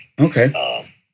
Okay